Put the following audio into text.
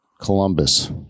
Columbus